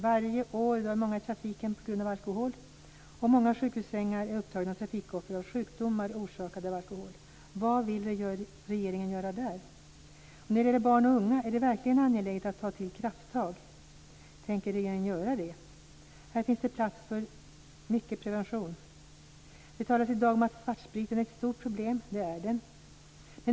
Varje år dör många i trafiken på grund av alkohol, och många sjukhussängar är upptagna av trafikoffer eller av personer som ligger där på grund av sjukdomar orsakade av alkohol. Vad vill regeringen göra där? När det gäller barn och unga är det verkligen angeläget att ta krafttag. Tänker regeringen göra det? Här finns det plats för mycket prevention. Det talas i dag om att svartspriten är ett stort problem, och det är den.